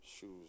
shoes